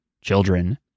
children